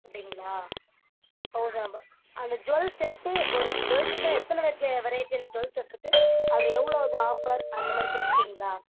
அப்படிங்களா பவுன் நம்ம அந்த ஜுவல்ஸ் செட்டு ஒரு ஜுவல்ஸூக்கு எத்தனை வெரைட்டி வெரைட்டியான ஜுவல்ஸ் செட் இருக்குது அது எவ்வளோ இது ஆஃபர் அந்தமாதிரி கொடுப்பீங்களா